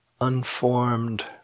unformed